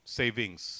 savings